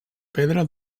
pedra